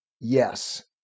Yes